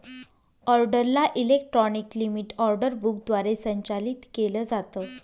ऑर्डरला electronic limit order book द्वारे संचालित केलं जातं